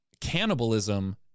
cannibalism